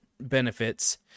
benefits